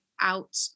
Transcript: out